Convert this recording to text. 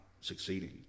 succeeding